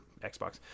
Xbox